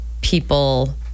people